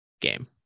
game